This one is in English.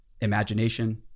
imagination